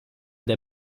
der